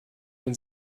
wenn